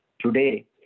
Today